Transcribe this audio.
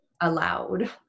allowed